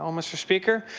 um mr. speaker.